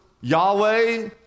Yahweh